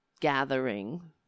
gathering